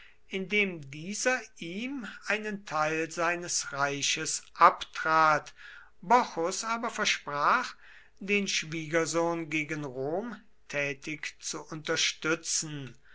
dieser ihm einen teil seines reiches abtrat bocchus aber versprach den schwiegersohn gegen rom tätig zu unterstützen